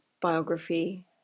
biography